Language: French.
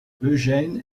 eugène